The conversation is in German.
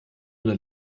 oder